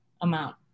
amount